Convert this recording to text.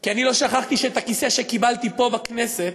כי אני לא שכחתי שהכיסא שקיבלתי פה בכנסת